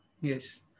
yes